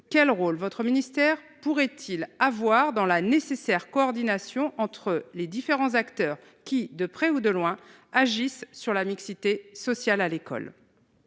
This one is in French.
quel rôle votre ministère pourrait-il avoir dans la nécessaire coordination entre les différents acteurs qui de près ou de loin agissent sur la mixité sociale à l'école.